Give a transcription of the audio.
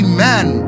Amen